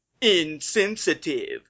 insensitive